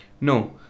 no